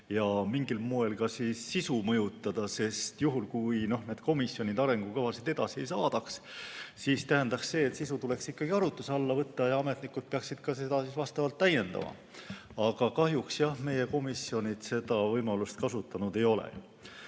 ja mingil moel ka nende kavade sisu mõjutada, sest juhul, kui komisjonid arengukavasid edasi ei saadaks, siis tähendaks see, et sisu tuleks ikkagi arutluse alla võtta ja ametnikud peaksid seda ka vastavalt täiendama. Aga kahjuks jah meie komisjonid seda võimalust kasutanud ei ole. Ma